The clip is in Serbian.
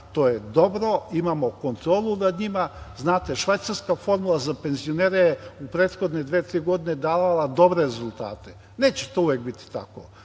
to je dobro, imamo kontrolu nad njima. Znate, švajcarska formula za penzionere u prethodne dve, tri godine je davala dobre rezultate. Neće to uvek biti tako.